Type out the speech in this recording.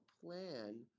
plan